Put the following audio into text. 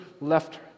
left